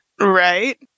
Right